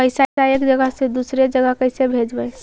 पैसा एक जगह से दुसरे जगह कैसे भेजवय?